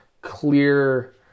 clear